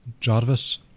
Jarvis